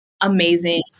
amazing